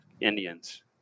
Indians